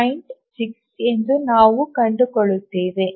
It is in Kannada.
6 ಎಂದು ನಾವು ಕಂಡುಕೊಳ್ಳುತ್ತೇವೆ